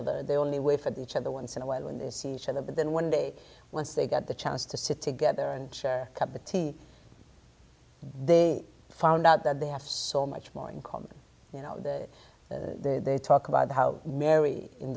other the only way for each other once in a while when they see each other but then one day once they get the chance to sit together and share cuppa tea they found out that they have so much more in common you know they talk about how mary in